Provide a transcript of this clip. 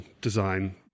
design